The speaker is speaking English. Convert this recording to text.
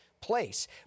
place